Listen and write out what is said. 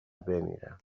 بمیرم